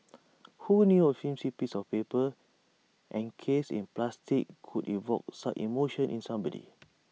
who knew A flimsy piece of paper encased in plastic could evoke such emotion in somebody